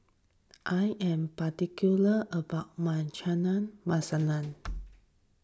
I am particular about my Chana Masala